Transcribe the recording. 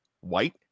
White